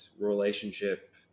relationship